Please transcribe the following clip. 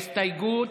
הסתייגות